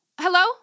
Hello